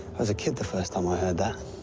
i was a kid the first time i heard that.